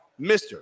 Mr